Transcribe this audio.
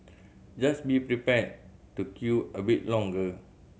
just be prepared to queue a bit longer